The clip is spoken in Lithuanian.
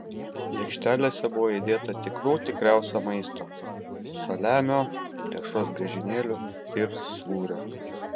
lėkštelėse buvo įdėta tikrų tikriausio maisto saliamio dešros griežinėlių ir sūrio